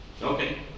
Okay